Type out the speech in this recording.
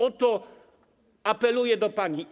O to apeluję do pani.